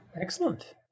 Excellent